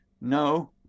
No